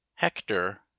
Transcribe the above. HECTOR